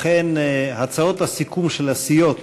לכן הצעות הסיכום של הסיעות